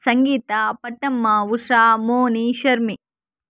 Sangeetha Pattamma Usha Moni Sharmi